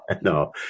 no